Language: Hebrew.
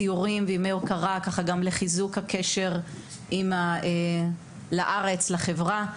סיורים ועוד על מנת לחזק את הקשר לארץ ולחברה.